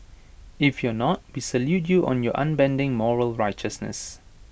if you're not we salute you on your unbending moral righteousness